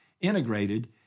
integrated